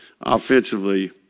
offensively